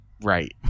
Right